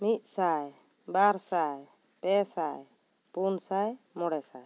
ᱢᱤᱫ ᱥᱟᱭ ᱵᱟᱨ ᱥᱟᱭ ᱯᱮ ᱥᱟᱭ ᱯᱩᱱ ᱥᱟᱭ ᱢᱚᱬᱮ ᱥᱟᱭ